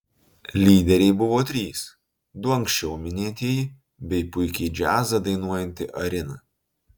lyderiai buvo trys du anksčiau minėtieji bei puikiai džiazą dainuojanti arina